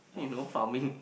then you know farming